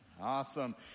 Awesome